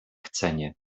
chcenie